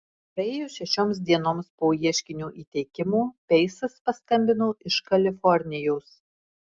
praėjus šešioms dienoms po ieškinio įteikimo peisas paskambino iš kalifornijos